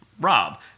Rob